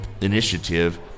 initiative